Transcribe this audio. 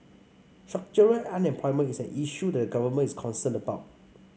structural unemployment is an issue that the government is concerned about